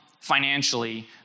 financially